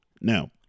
now